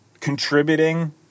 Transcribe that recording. contributing